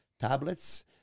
tablets